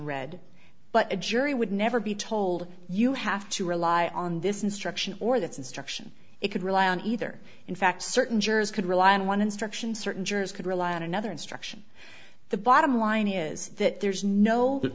read but a jury would never be told you have to rely on this instruction or that instruction it could rely on either in fact certain jurors could rely on one instruction certain jurors could rely on another instruction the bottom line is that there's no